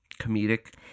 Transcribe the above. comedic